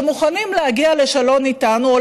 שמוכנים להגיע לשלום איתנו,